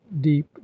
deep